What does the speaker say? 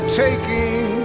taking